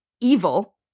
evil